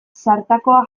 zartakoa